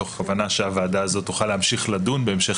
מתוך הבנה שהוועדה הזאת תוכל להמשיך לדון בהמשך